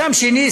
קם שני,